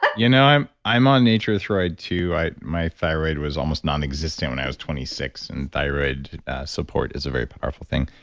but you know i'm i'm on nature throid too. my thyroid was almost nonexistent when i was twenty six and thyroid support is a very powerful thing.